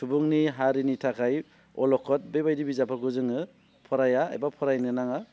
सुबुंनि हारिनि थाखाय अलखद बेबायदि बिजाबफोरखौ जोङो फराया एबा फरायनो नाङा